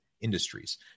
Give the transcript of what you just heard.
industries